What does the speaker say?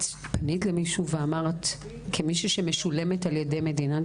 את פנית למישהו ואמרת כמי שמשולמת על-ידי מדינת